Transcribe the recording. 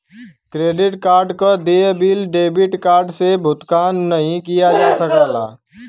credit card क देय bill debit card से भुगतान नाहीं किया जा सकला